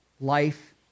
life